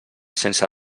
sense